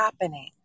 happening